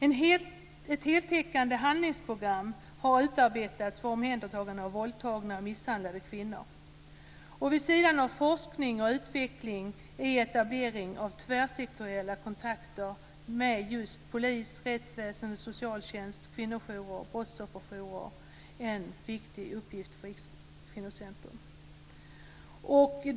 Ett heltäckande handlingsprogram har utarbetats för omhändertagande av våldtagna och misshandlade kvinnor. Vid sidan av forskning och utveckling är etablering av tvärsektoriella kontakter med polis, rättsväsende, socialtjänst, kvinnojourer och brottsofferjourer en viktig uppgift för Rikskvinnocentrum.